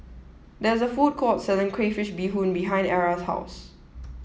there is a food court selling Crayfish Beehoon behind Era's house